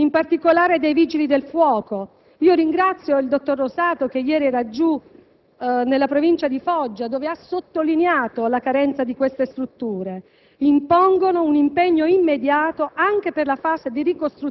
con una presenza maggiore di infrastrutture, mezzi e uomini, in particolare dei Vigili del fuoco (ringrazio il dottor Rosato, che ieri si trovava nella Provincia di Foggia, dove ha sottolineato la carenza di queste strutture),